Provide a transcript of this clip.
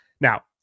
Now